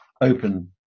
open